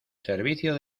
servicio